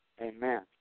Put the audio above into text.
Amen